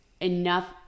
enough